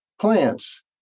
plants